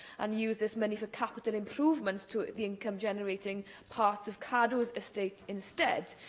and used this money for capital improvements to the income-generating parts of cadw's estate instead.